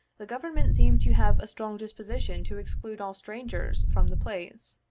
the government seemed to have a strong disposition to exclude all strangers from the place.